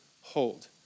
hold